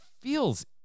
feels